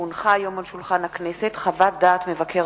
כי הונחה היום על שולחן הכנסת חוות דעת מבקר